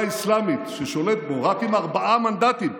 האסלאמית ששולט בו רק עם ארבעה מנדטים,